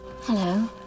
Hello